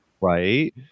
Right